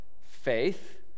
faith